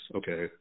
okay